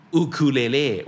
ukulele